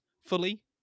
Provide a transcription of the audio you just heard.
fully